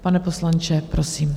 Pane poslanče, prosím.